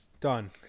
Done